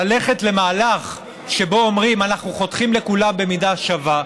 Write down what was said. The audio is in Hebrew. ללכת למהלך שבו אומרים: אנחנו חותכים לכולם במידה שווה,